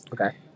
Okay